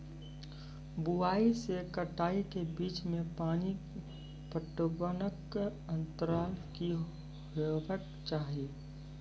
बुआई से कटाई के बीच मे पानि पटबनक अन्तराल की हेबाक चाही?